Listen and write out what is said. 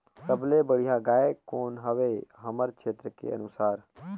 सबले बढ़िया गाय कौन हवे हमर क्षेत्र के अनुसार?